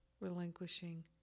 relinquishing